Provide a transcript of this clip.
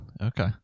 Okay